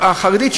החרדית,